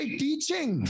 teaching